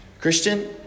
Christian